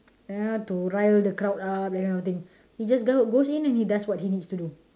you know to rile the crowd up that kind of thing he just goes in and does what he needs to do